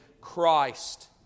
Christ